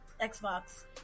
Xbox